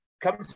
Come